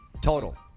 total